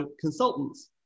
consultants